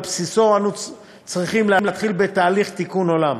ועל בסיסו אנחנו צריכים להתחיל בתהליך תיקון עולם: